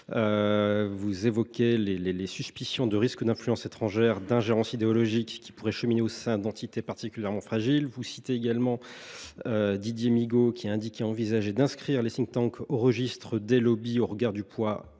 Vous évoquez les risques d’influence étrangère ou d’ingérence idéologique qui pourraient cheminer au sein d’entités particulièrement fragiles. Vous citez également Didier Migaud, qui propose d’inscrire les au registre des lobbies, au regard du poids